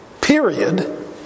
period